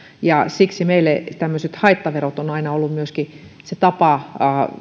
ja siksi meille tämmöiset haittaverot ovat aina olleet myöskin se tapa